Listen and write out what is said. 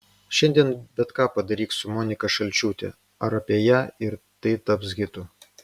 šiandien bet ką padaryk su monika šalčiūte ar apie ją ir tai taps hitu